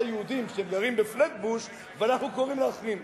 יהודים שגרים בפלאטבוש ואנחנו קוראים להחרים.